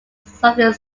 something